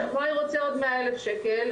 השמאי רוצה עוד 100 אלף שקל,